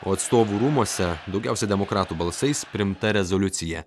o atstovų rūmuose daugiausiai demokratų balsais priimta rezoliucija